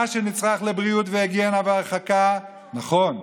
מה שנצרך לבריאות והיגיינה והרחקה, נכון,